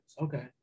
Okay